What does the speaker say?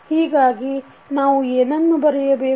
ಹೀಗಾಗಿ ನಾವು ಏನನ್ನು ಬರೆಯಬೇಕು